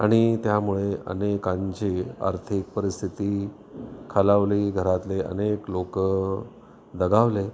आणि त्यामुळे अनेकांची आर्थिक परिस्थिती खालावली घरातले अनेक लोक दगावले